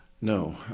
No